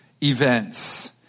events